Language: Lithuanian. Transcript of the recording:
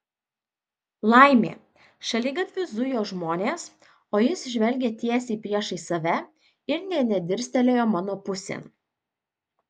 laimė šaligatviu zujo žmonės o jis žvelgė tiesiai priešais save ir nė nedirstelėjo mano pusėn